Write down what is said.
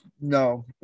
No